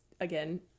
again